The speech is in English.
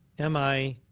am i